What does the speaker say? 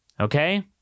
Okay